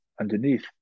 underneath